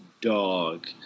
dog